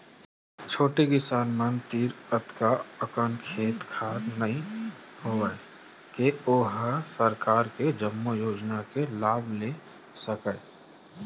छोटे किसान मन तीर अतका अकन खेत खार नइ होवय के ओ ह सरकार के जम्मो योजना के लाभ ले सकय